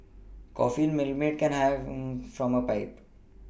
coffee in a Milkmaid can hangs from a pipe